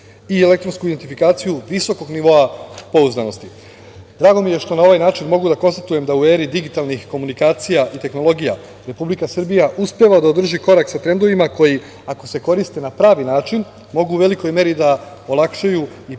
i elektronsku identifikaciju visokog nivoa pouzdanosti. Drago mi je što na ovaj način mogu da konstatujem da u eri digitalnih komunikacija i tehnologija Republika Srbija uspeva da održi korak sa trendovima koji ako se koriste na pravi način mogu u velikoj meri da olakšaju i